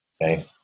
okay